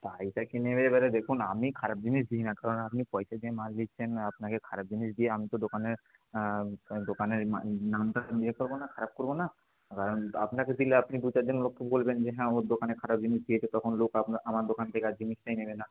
দায়টা কে নেবে এবারে দেখুন আমি খারাপ জিনিস দিই না কারণ আপনি পয়সা দিয়ে মাল নিচ্ছেন আপনাকে খারাপ জিনিস দিয়ে আমি তো দোকানে দোকানের মা নামটা ইয়ে করবো না খারাপ করবো না কারণ আপনাকে দিলে আপনি দু চারজন লোককে বলবেন যে হ্যাঁ ওর দোকানে খারাপ জিনিস দিয়েছে তখন লোক আমার দোকান থেকে আর জিনিসটাই নেবে না